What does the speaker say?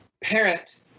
parent